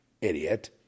idiot